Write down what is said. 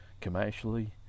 commercially